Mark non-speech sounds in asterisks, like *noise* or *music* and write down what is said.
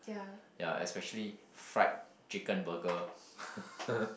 ya especially fried chicken burger *laughs*